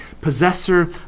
possessor